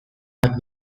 bat